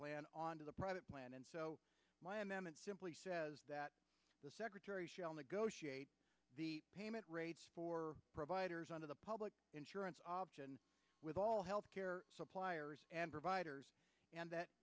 plan on to the private plan and my m m it simply says that the secretary shall negotiate payment rates for providers under the public insurance option with all health care suppliers and providers and that